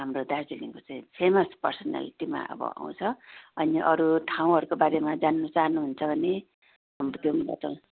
हाम्रो दार्जिलिङको चाहिँ फेमस पर्सनालिटीमा अब आउँछ अनि अरू ठाँउहरूको बारेमा जान्नु चाहनुहुन्छ भने अन्त त्यो पनि बताउँछु